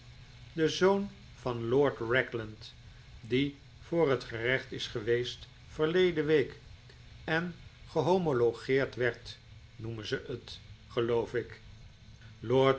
de zoon van lord ragland die voor het gerecht is geweest verleden week en gehomologeerd werd noemen ze het geloof ik